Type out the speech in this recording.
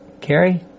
Carrie